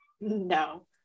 No